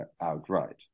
outright